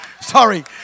Sorry